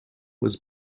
was